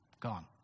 gone